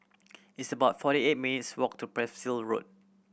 it's about forty eight minutes' walk to Percival Road